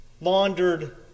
laundered